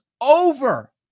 over